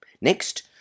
Next